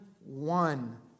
one